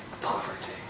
poverty